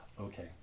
okay